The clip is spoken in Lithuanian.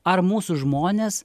ar mūsų žmonės